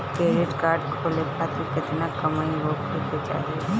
Credit card खोले खातिर केतना कमाई होखे के चाही?